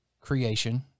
creation